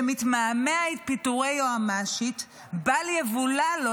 שמתמהמה עם פיטורי יועמ"שית פן יבולע לו,